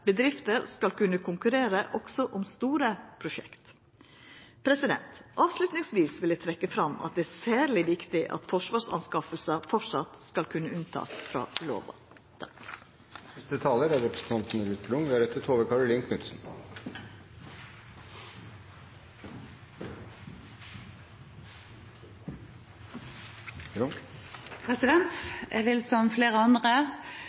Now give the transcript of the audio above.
bedrifter skal kunna konkurrera også om store prosjekt. Som avslutning vil eg trekkja fram at det er særleg viktig at forsvarsinnkjøp framleis skal kunna verta haldne utanfor lova.